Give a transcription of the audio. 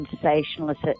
sensationalist